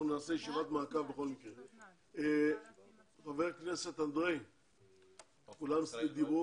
אנחנו בכל מקרה נקיים ישיבת מעקב.